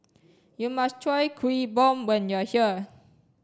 you must try Kuih Bom when you are here